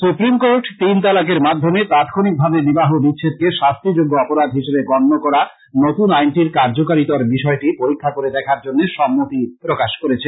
supreme court তিন তালাকের মাধ্যমে তাৎক্ষণিকভাবে বিবাহ বিচ্ছেদকে শাস্তিযোগ্য অপরাধ হিসেবে গণ্য করা নতুন আইনটির কার্যকরিতার বিষয়টি পরীক্ষা করে দেখার জন্য সম্মতি প্রকাশ করেছে